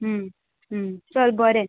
चल बरें